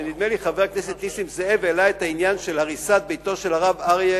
כשנדמה לי חבר הכנסת נסים זאב העלה את העניין של הריסת ביתו של הרב אריה